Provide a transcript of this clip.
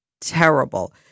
terrible